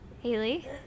Haley